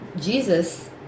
Jesus